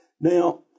Now